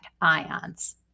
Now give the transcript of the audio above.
ions